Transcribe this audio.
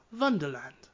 wonderland